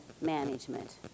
management